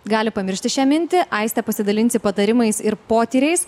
gali pamiršti šią mintį aiste pasidalinsi patarimais potyriais